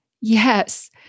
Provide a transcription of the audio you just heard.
Yes